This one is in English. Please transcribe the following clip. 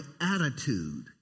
attitude